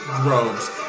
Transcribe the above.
robes